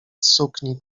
sukni